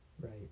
right